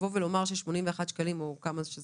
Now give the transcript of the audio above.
לומר ש-81 שקלים -- זה